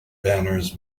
banners